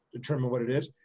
determine what it is,